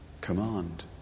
command